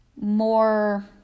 more